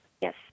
Yes